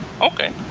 Okay